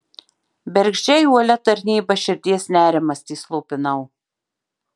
bergždžiai uolia tarnyba širdies nerimastį slopinau